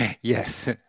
yes